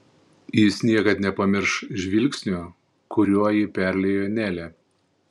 jis niekad nepamirš žvilgsnio kuriuo jį perliejo nelė